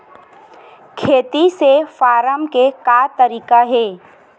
खेती से फारम के का तरीका हे?